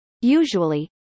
Usually